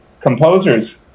composers